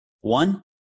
One